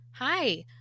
Hi